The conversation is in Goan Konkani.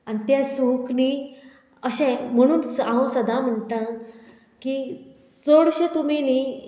आनी तें सूख न्ही अशें म्हणून हांव सदां म्हणटां की चडशें तुमी न्ही